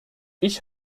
ich